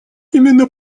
именно